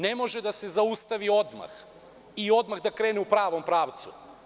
Ne može da se zaustavi odmah i odmah da krene u pravom pravcu.